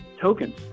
tokens